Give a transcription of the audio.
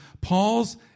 Paul's